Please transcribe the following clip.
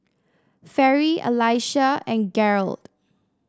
Fairy Allyssa and Garold